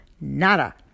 nada